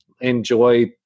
enjoy